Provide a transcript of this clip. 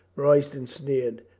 roy ston sneered.